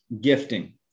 gifting